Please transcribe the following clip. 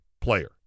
player